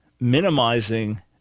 minimizing